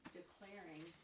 declaring